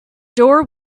door